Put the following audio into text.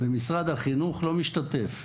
ומשרד החינוך לא משתתף.